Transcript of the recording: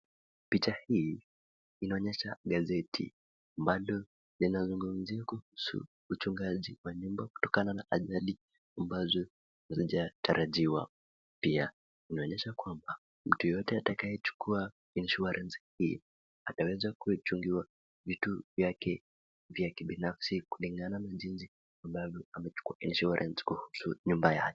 Picha hii inaonyesha gazeti ambalo linazungumzia kuhusu uchungaji wa nyumba kutokana na ajali ambazo hazijatarajiwa. Inaonyesha kwamba mtu yeyote atakayechukua insurance hii ataweza kuchungiwa vitu vyake vya kibinafsi kulingana na jinsi ambavyo amechukua insurance kuhusu nyumba yake.